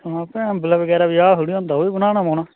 हां ते अम्बल बगैरा ब्याह् थोह्ड़ी होंदा कोई ओह् बी बनाना पौना